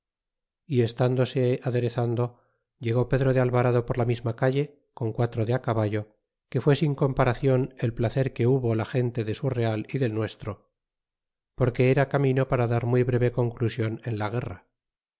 y calándose adereszando llegó pedro de alvarado por lo misma calle con guamo de caballo que bid sin comparaeiou el plactv que hubo la gente de su real y del my stro porque era camino para dar muy breve conclusion en la guerra